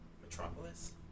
Metropolis